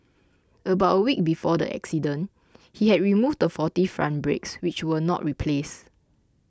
about a week before the accident he had removed the faulty front brakes which were not replaced